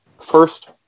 first